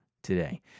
today